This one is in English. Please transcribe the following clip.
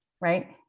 right